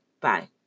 Bye